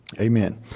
Amen